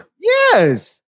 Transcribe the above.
Yes